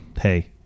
hey